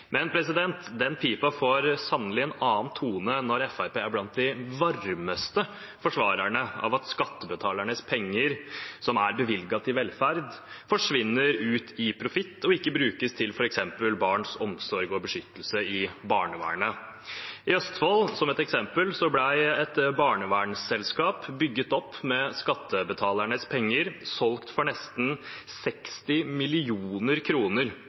Men den pipa får sannelig en annen tone når Fremskrittspartiet er blant de varmeste forsvarerne av at skattebetalernes penger som er bevilget til velferd, forsvinner ut i profitt og ikke brukes til f.eks. barns omsorg og beskyttelse i barnevernet. I Østfold, som et eksempel, ble et barnevernsselskap bygget opp med skattebetalernes penger solgt for nesten 60